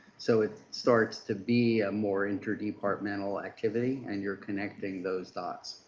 so it starts to be a more interdepartmental activity and you are connecting those dots.